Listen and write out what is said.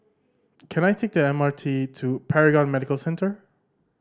can I take the M R T to Paragon Medical Centre